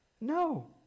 No